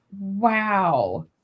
Wow